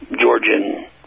Georgian